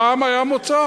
פעם היה מוצא.